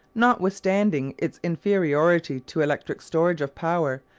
notwithstanding its inferiority to electric storage of power,